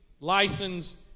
licensed